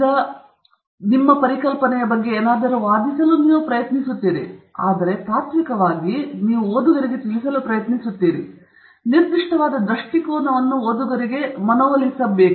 ಮತ್ತು ಕೆಲವೊಮ್ಮೆ ಓದುಗರಿಗೆ ತಿಳಿಸುವ ಪ್ರಕ್ರಿಯೆಯಲ್ಲಿ ನೀವು ಪ್ರಸ್ತುತಪಡಿಸಿದ ಆ ಪರಿಕಲ್ಪನೆಯ ಬಗ್ಗೆ ಏನಾದರೂ ವಾದಿಸಲು ನೀವು ಪ್ರಯತ್ನಿಸುತ್ತಿದ್ದೀರಿ ಆದರೆ ತಾತ್ವಿಕವಾಗಿ ನೀವು ಓದುಗರಿಗೆ ತಿಳಿಸಲು ಪ್ರಯತ್ನಿಸುತ್ತಿದ್ದೀರಿ ನಿರ್ದಿಷ್ಟವಾದ ದೃಷ್ಟಿಕೋನವನ್ನು ಓದುಗರಿಗೆ ಮನವೊಲಿಸಬಹುದು